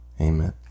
Amen